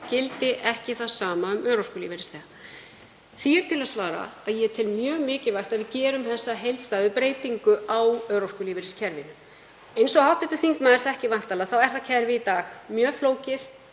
gildi það sama um örorkulífeyrisþega. Því er til að svara að ég tel mjög mikilvægt að við gerum heildstæða breytingu á örorkulífeyriskerfinu. Eins og hv. þingmaður þekkir væntanlega er það kerfi í dag mjög flókið,